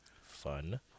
Fun